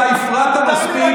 אתה הפרעת מספיק.